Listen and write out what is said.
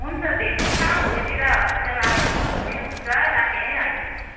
हुन्छ भेटौँ न भोलितिर हस्पिटल आउनुभयो भने हुन्छ राखेँ है अहिले